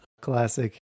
Classic